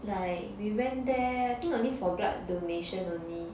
like we went there I think only for blood donation only